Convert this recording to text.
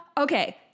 Okay